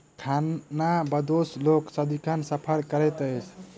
खानाबदोश लोक सदिखन सफर करैत अछि